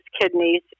kidneys